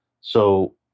So-